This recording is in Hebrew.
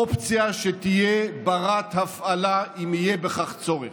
אופציה שתהיה בת-הפעלה, אם יהיה בכך צורך.